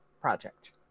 project